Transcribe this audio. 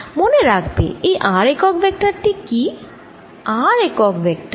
মনে রাখবে এই r একক ভেক্টর কি